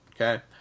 Okay